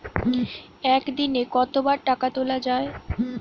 একদিনে কতবার টাকা তোলা য়ায়?